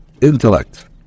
intellect